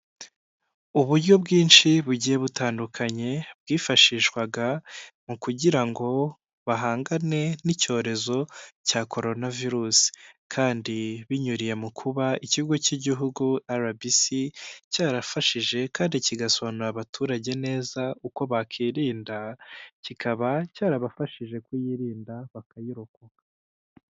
Uburyo bwinshi bugiye butandukanye bwifashishwaga mu kugira ngo bahangane n'icyorezo cya korona vurusi. Kandi binyuriye mu kuba ikigo cy'igihugu arabisi cyarafashije kandi kigasobanurira abaturage neza uko bakirinda, kikaba cyarabafashije kuyirinda, bakayirokoka.